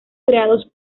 creados